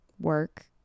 work